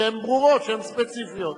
שהן ברורות, שהן ספציפיות.